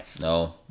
No